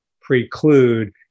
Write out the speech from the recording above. preclude